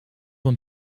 een